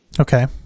Okay